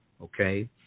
okay